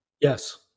Yes